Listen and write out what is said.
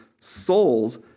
souls